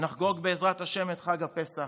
נחגוג בעזרת השם את חג הפסח,